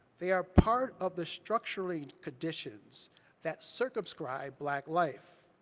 they are part of the structure and conditions that circumscribe black life.